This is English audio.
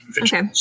Okay